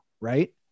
right